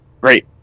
great